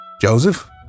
Joseph